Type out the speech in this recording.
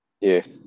Yes